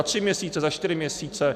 Za tři měsíce, za čtyři měsíce?